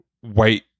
white